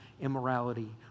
immorality